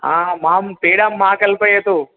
आम् माम् पीडां मा कल्पयतु